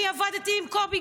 אני גם עבדתי עם קובי,